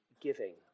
giving